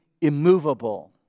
immovable